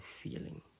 feeling